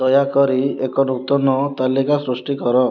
ଦୟାକରି ଏକ ନୂତନ ତାଲିକା ସୃଷ୍ଟି କର